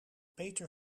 peter